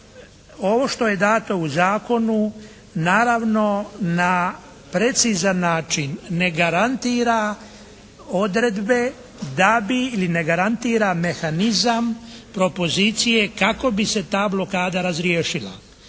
Ovo što je dato u zakonu naravno na precizan način ne garantira odredbe da bi ili ne garantira mehanizam propozicije kako bi se ta blokada razriješila.